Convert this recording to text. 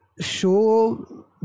show